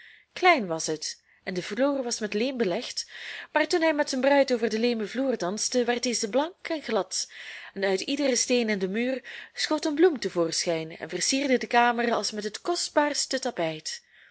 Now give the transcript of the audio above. klein was het en de vloer was met leem belegd maar toen hij met zijn bruid over den leemen vloer danste werd deze blank en glad en uit iederen steen in den muur schoot een bloem te voorschijn en versierde de kamer als met het kostbaarste tapijt